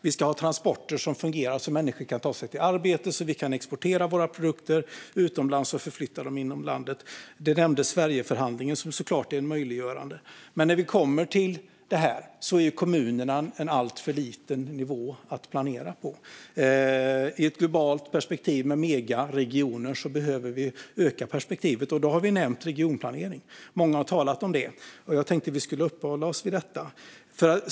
Vi ska ha transporter som fungerar så att människor kan ta sig till arbetet och så att vi kan exportera våra produkter utomlands och förflytta dem inom landet. Sverigeförhandlingen nämndes, och den är såklart möjliggörande. Men när det kommer till det här är kommunerna en alltför liten nivå att planera på. I ett globalt perspektiv med megaregioner behöver vi öka perspektivet, och då har vi nämnt regionplanering. Många har talat om det, och jag tänkte att vi skulle uppehålla oss vid detta.